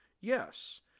Yes